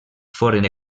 foren